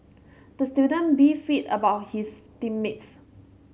the student beefed about his team mates